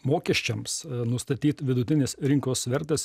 mokesčiams nustatyt vidutinės rinkos vertės